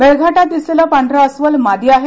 मेळघाटात दिसलेलं पांढरं अस्वल मादी आहे